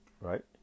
right